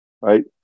right